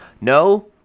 No